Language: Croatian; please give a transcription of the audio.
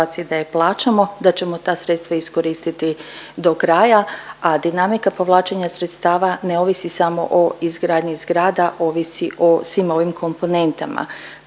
da je plaćamo, da ćemo ta sredstva iskoristiti do kraja, a dinamika povlačenja sredstava ne ovisi samo o izgradnji zgrada, ovisi o svim ovim komponentama.